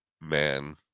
man